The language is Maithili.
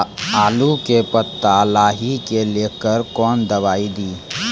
आलू के पत्ता लाही के लेकर कौन दवाई दी?